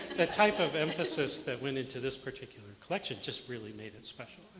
the type of emphasis that went into this particular collection just really made it special.